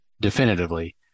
definitively